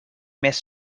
més